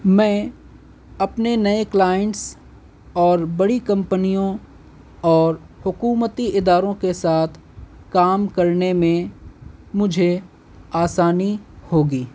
میں اپنے نئے کلائنٹس اور بڑی کمپنیوں اور حکومتی اداروں کے ساتھ کام کرنے میں مجھے آسانی ہوگی